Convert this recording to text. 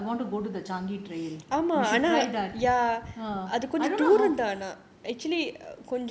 so that's why I want to I want to go to the changi trail we should try that uh I don't know how